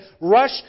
rush